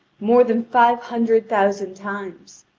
more than five hundred thousand times.